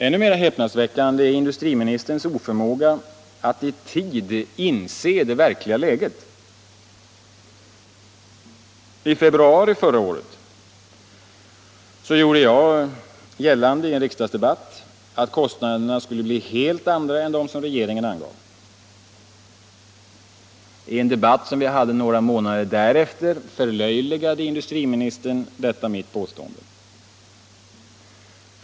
Ännu mera häpnadsväckande är industriministerns oförmåga att i tid inse det verkliga läget. I februari förra året gjorde jag gällande i en riksdagsdebatt att kostnaderna skulle bli helt andra än vad regeringen angav. I en debatt som vi hade några månader därefter förlöjligade industriministern detta mitt påstående.